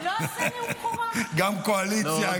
גם קואליציה,